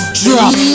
drop